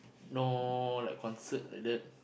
no like concert like that